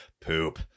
Poop